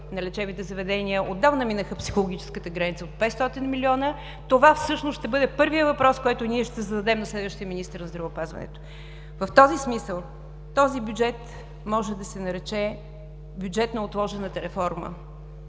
на лечебните заведения отдавна минаха психологическата граница от 500 милиона. Това всъщност ще бъде първият въпрос, който ние ще зададем на следващия министър на здравеопазването. В този смисъл този бюджет може да се нарече „Бюджет на отложената реформа“